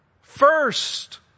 First